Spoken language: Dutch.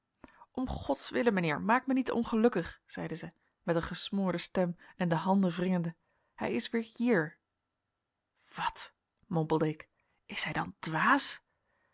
om gods wille meneer maak mij niet ongelukkig zeide zij met een gesmoorde stem en de handen wringende hij is weer hier wat mompelde ik is hij dan dwaas